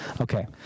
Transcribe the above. Okay